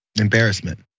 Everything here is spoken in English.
embarrassment